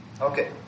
Okay